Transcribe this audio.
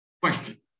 Question